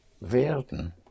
werden